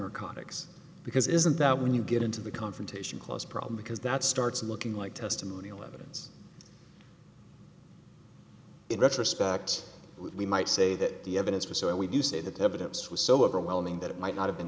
your contacts because isn't that when you get into the confrontation clause problem because that starts looking like testimonial evidence in retrospect we might say that the evidence was so and we do say that the evidence was so overwhelming that it might not have been